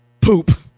poop